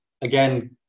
again